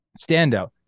standout